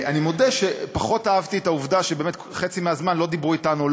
אני מודה שפחות אהבתי את העובדה שבאמת חצי מהזמן לא דיברו איתנו: